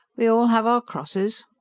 we all have our crosses.